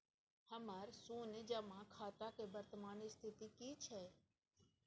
हमर शुन्य जमा खाता के वर्तमान स्थिति की छै?